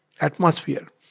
atmosphere